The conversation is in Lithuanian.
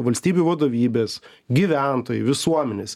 valstybių vadovybės gyventojai visuomenės